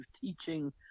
teaching